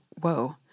whoa